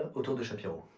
audition to